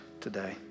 today